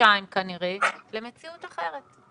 חודשיים כנראה, למציאות אחרת?